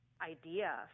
idea